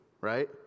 right